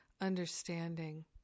understanding